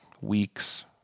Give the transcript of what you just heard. weeks